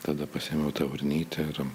tada pasiėmiau tą urnytę ir